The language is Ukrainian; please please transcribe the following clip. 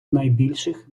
найбільших